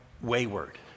wayward